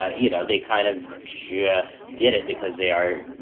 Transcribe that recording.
ah you know, they kind of just get it because they are,